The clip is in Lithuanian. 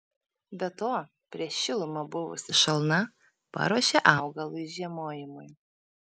be to prieš šilumą buvusi šalna paruošė augalui žiemojimui